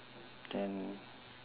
then